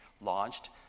launched